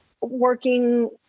working